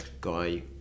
Guy